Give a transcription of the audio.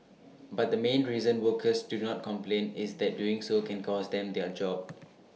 but the main reason workers do not complain is that doing so can cost them their job